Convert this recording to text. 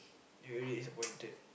very disappointed